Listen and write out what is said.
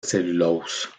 cellulose